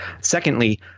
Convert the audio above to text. Secondly